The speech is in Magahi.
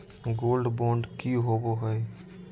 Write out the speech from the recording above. गोल्ड बॉन्ड की होबो है?